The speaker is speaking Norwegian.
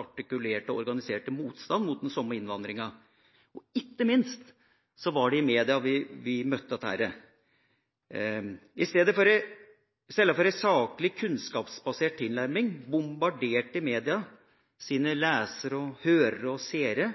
artikulerte og organiserte motstand mot den samme innvandringen. Ikke minst var det i mediene vi møtte dette. I stedet for en saklig og kunnskapsbasert tilnærming bombarderte mediene sine lesere, hørere og seere